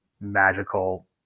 magical